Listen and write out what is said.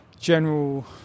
general